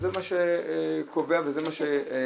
זה מה שקובע וזה מה שנצרך.